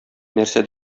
нәрсә